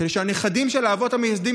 כדי שהנכדים של האבות המייסדים,